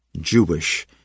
Jewish